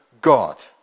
God